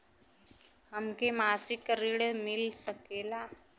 हमके मासिक ऋण मिल सकेला?